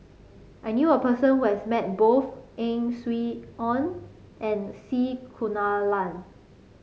I knew a person who has met both Ang Swee Aun and C Kunalan